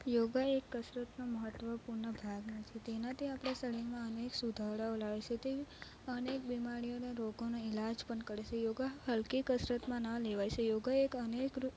યોગા એ કસરતનો મહત્વપૂર્ણ ભાગ નથી તેનાથી આપણા શરીરમાં અનેક સુધારાઓ લાવે છે તે અનેક બીમારી અને રોગોનો ઈલાજ પણ કરશે યોગા હલકી કસરતમાં ન લેવાય યોગા એ અનેક રોગ